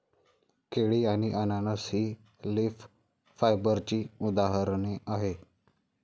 केळी आणि अननस ही लीफ फायबरची उदाहरणे आहेत